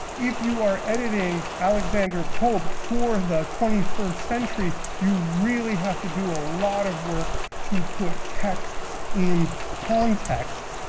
if you are editing alexander pope for the twenty first century, you really have to do a lot of work to put texts in context,